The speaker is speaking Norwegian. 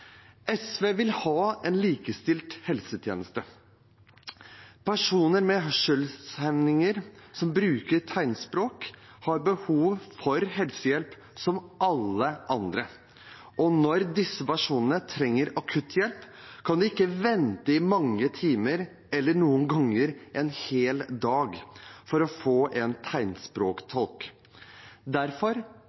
SV vil ha en likestilt helsetjeneste. Personer som har hørselshemning og bruker tegnspråk, har behov for helsehjelp som alle andre. Når disse personene trenger akutthjelp, kan de ikke vente i mange timer, eller noen ganger en hel dag, for å få en tegnspråktolk. Derfor